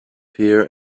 here